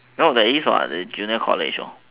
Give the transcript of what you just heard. no there is what junior college